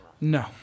No